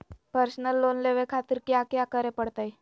Personal loan लेवे खातिर कया क्या करे पड़तइ?